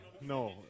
No